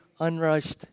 unrushed